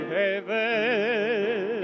heaven